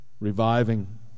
reviving